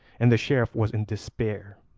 and the sheriff was in despair.